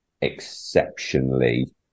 exceptionally